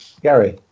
Gary